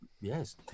Yes